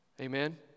Amen